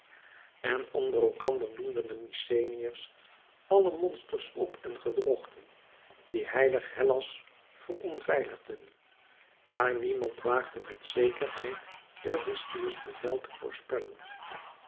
en onder elkander noemden de mykenæërs alle monsters op en gedrochten die heilig hellas veronveiligden maar niemand waagde met zekerheid eurystheus bevel te voorspellen